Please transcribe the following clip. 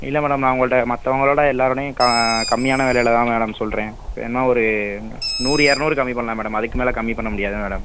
இல்லை மேடம் நான் உங்கள்கிட்ட மற்றவங்களோட எல்லோரோடையும் க கம்மியான விலையில தான் மேடம் சொல்கிறேன் வேணுனா ஒரு நூறு இரநூறு கம்மி பண்ணலாம் மேடம் அதுக்கு மேலே கம்மி பண்ண முடியாது மேடம்